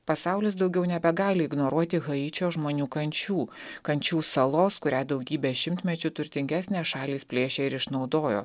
pasaulis daugiau nebegali ignoruoti haičio žmonių kančių kančių salos kurią daugybę šimtmečių turtingesnės šalys plėšė ir išnaudojo